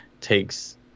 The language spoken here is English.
takes